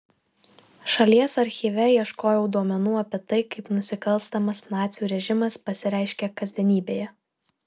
šalies archyve ieškojau duomenų apie tai kaip nusikalstamas nacių režimas pasireiškė kasdienybėje